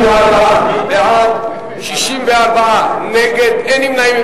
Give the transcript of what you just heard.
34 בעד, 64 נגד, אין נמנעים.